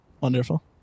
Wonderful